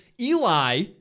Eli